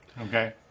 Okay